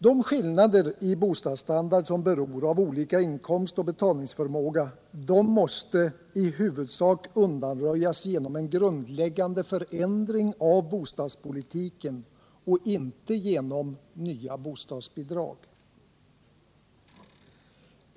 De skillnader i bostadsstandard som beror av olika inkomstoch betalningsförmåga måste i huvudsak undanröjas genom en grundläggande förändring av bostadspolitiken och inte genom nya bostadsbidrag.